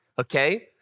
okay